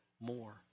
more